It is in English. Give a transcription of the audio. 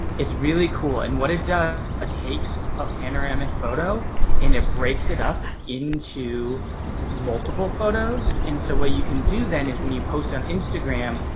it's really cool and what it ah takes a panoramic photo and it breaks it up into multiple photos. and so what you can do then is when you post on instagram,